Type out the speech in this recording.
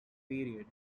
period